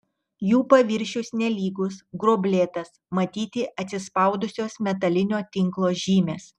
jų paviršius nelygus gruoblėtas matyti atsispaudusios metalinio tinklo žymės